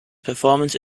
performance